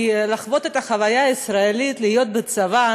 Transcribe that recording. כי לחוות את החוויה הישראלית, להיות בצבא,